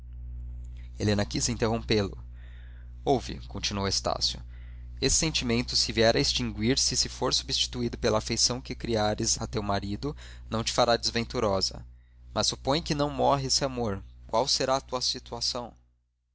inimigo helena quis interrompê lo ouve continuou estácio esse sentimento se vier a extinguir-se e se for substituído pela afeição que criares a teu marido não te fará desventurosa mas supõe que não morre esse amor qual será a tua situação